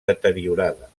deteriorada